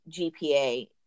GPA